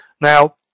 Now